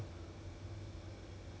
orh